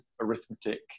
arithmetic